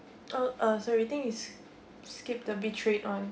oh uh sorry I think you s~ skip the betrayed one